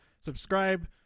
Subscribe